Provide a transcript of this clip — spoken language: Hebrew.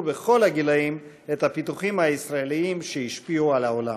בכל הגילים את הפיתוחים הישראליים שהשפיעו על העולם.